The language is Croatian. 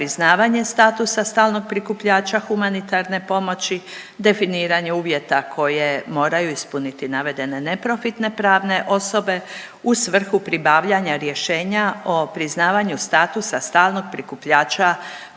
priznavanje statusa stalnog prikupljača humanitarne pomoći, definiranje uvjeta koje moraju ispuniti navedene neprofitne pravne osobe u svrhu pribavljanja rješenja o priznavanju statusa stalnog prikupljača humanitarne pomoći